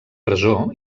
presó